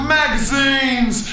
magazines